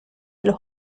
los